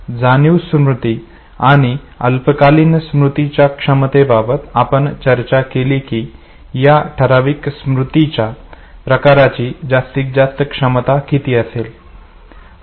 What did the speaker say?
जाणीव स्मृती आणि अल्पकालीन स्मृतीच्या क्षमतेबाबत आपण चर्चा केली की या ठराविक स्मृतीच्या प्रकाराची जास्तीत जास्त क्षमता किती असेल